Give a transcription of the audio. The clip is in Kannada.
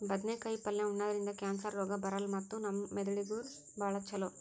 ಬದ್ನೇಕಾಯಿ ಪಲ್ಯ ಉಣದ್ರಿಂದ್ ಕ್ಯಾನ್ಸರ್ ರೋಗ್ ಬರಲ್ಲ್ ಮತ್ತ್ ನಮ್ ಮೆದಳಿಗ್ ನೂ ಭಾಳ್ ಛಲೋ